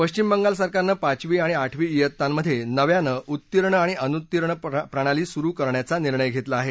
पश्विम बंगाल सरकारनं पाचवी आणि आठवी वित्तांमध्ये नव्यानं उत्तीर्ण आणि अनुत्तीर्ण प्रणाली सुरू करण्याचा निर्णय घेतला आहे